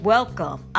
Welcome